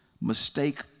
mistake